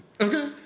Okay